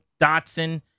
Dotson